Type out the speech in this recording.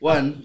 One